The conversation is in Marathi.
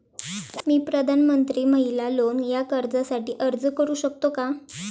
मी प्रधानमंत्री महिला लोन या कर्जासाठी अर्ज करू शकतो का?